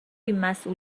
اینقد